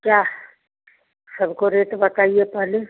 क्या सबको रेट बताइए पहले